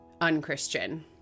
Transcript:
unChristian